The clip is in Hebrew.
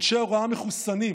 אנשי הוראה מחוסנים,